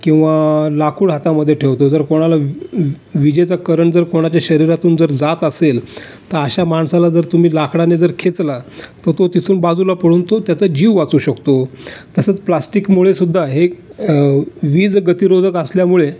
किंवा लाकूड हातामध्ये ठेवतो जर कोणाला विजेचा करंट जर कोणाच्या शरीरातून जर जात असेल तर अशा माणसाला जर तुम्ही लाकडाने जर खेचला तर तो तिथून बाजूला पळून तो त्याचा जीव वाचवू शकतो तसंच प्लास्टीकमुळेसुद्धा हे एक वीज गतिरोधक असल्यामुळे